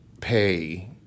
pay